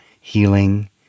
healing